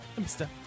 Mr